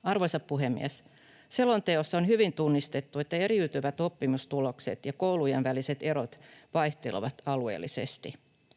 Arvoisa puhemies! Selonteossa on hyvin tunnistettu, että eriytyvät oppimistulokset ja koulujen väliset erot vaihtelevat alueellisesti.